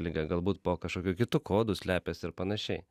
liga galbūt po kažkokiu kitu kodu slepiasi ir panašiai